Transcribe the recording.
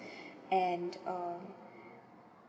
and um